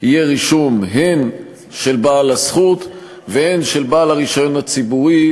יהיה רישום הן של בעל הזכות והן של בעל הרישיון הציבורי,